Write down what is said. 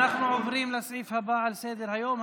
אנחנו עוברים לסעיף הבא בסדר-היום,